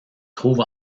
trouve